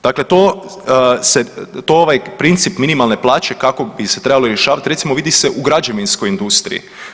Dakle to se, to ovaj princip minimalne plaće kako bi se trebalo rješavat recimo vidi se u građevinskoj industriji.